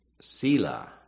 sila